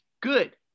Good